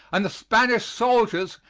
and the spanish soldiers,